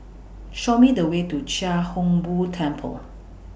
Show Me The Way to Chia Hung Boo Temple